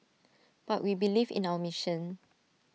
but we believe in our mission